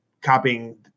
copying